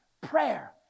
prayer